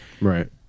Right